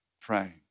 praying